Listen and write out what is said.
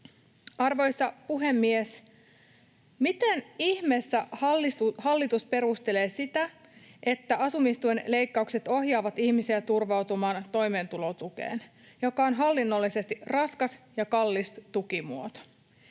Arvoisa puhemies! Miten ihmeessä hallitus perustelee sitä, että asumistuen leikkaukset ohjaavat ihmisiä turvautumaan toimeentulotukeen, joka on hallinnollisesti raskas ja kallis tukimuoto?